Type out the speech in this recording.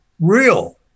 real